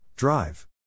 Drive